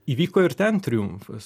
įvyko ir ten triumfas